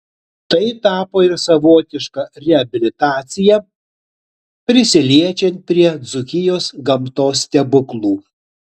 tai tapo ir savotiška reabilitacija prisiliečiant prie dzūkijos gamtos stebuklų